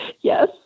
Yes